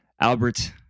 Albert